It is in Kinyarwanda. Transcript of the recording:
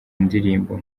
ndirimbo